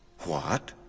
what?